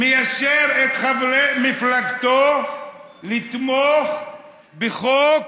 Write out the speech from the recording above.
מיישר את חברי מפלגתו לתמוך בחוק